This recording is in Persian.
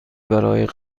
برای